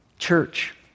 Church